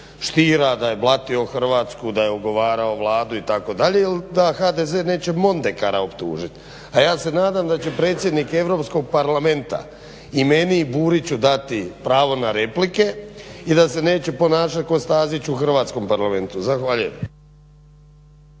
Stiera da je blatio Hrvatsku, da je ogovarao Vladu itd. il da HDZ neće Mondekara optužiti a ja se nadam da će predsjednik Europskog parlamenta i meni i Buriću dati pravo na replike i da se neće ponašati kao Stazić u Hrvatskom parlamentu. Zahvaljujem.